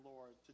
Lord